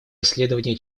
исследования